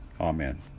Amen